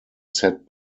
set